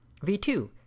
V2